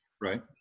Right